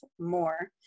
more